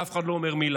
ואף אחד לא אומר מילה.